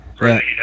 right